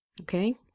Okay